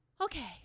Okay